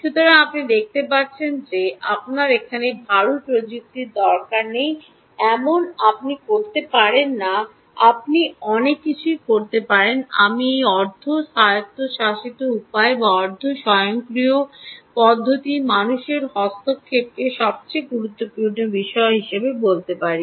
সুতরাং আপনি দেখতে পাচ্ছেন যে আপনার এখানে ভারী প্রযুক্তির দরকার নেই এমন আপনি করতে পারেন না আপনি অনেক কিছু করতে পারেন আমি একটি অর্ধ স্বায়ত্তশাসিত উপায় বা অর্ধ স্বয়ংক্রিয় পদ্ধতিতে মানুষের হস্তক্ষেপকে সবচেয়ে গুরুত্বপূর্ণ বিষয় হিসাবে বলতে পারি